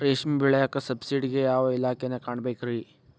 ರೇಷ್ಮಿ ಬೆಳಿಯಾಕ ಸಬ್ಸಿಡಿಗೆ ಯಾವ ಇಲಾಖೆನ ಕಾಣಬೇಕ್ರೇ?